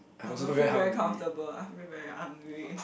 I don't feel very comfortable I feel very hungry